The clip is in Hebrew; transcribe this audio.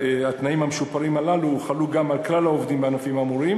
התנאים המשופרים הללו הוחלו גם על כלל העובדים בענפים האמורים,